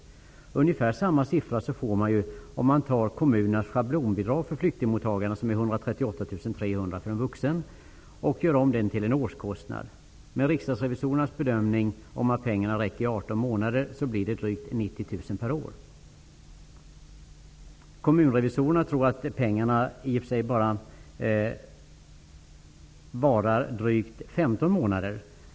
Man får ungefär samma siffra om man tar kommunernas schablonbidrag för flyktingmottagande, som är 138 300 kr för en vuxen, och gör om det till en årskostnad. Riksdagsrevisorerna bedömer att pengarna räcker i 18 månader. Det blir då drygt Kommunrevisorerna tror att pengarna räcker bara 15 månader.